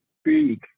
speak